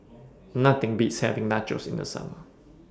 Nothing Beats having Nachos in The Summer